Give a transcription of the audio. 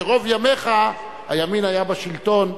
שרוב ימיך הימין היה בשלטון,